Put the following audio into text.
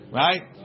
right